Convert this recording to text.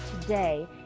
today